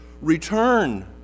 return